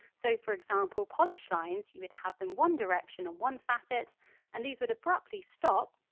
so for example polish lines, you would have them one direction on one facet and these would abruptly stop,